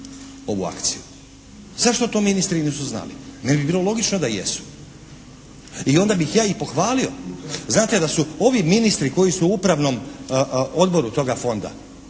ovu akciju. Zašto to ministri nisu znali? Meni bi bilo logično da jesu. I onda bi ih ja i pohvalio, znate da su ovi ministri koji su u Upravnom odboru toga Fonda